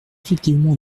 effectivement